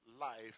life